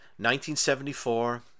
1974